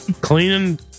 Cleaning